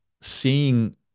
seeing